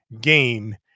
game